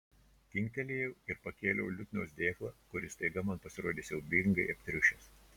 kinktelėjau ir pakėliau liutnios dėklą kuris staiga man pasirodė siaubingai aptriušęs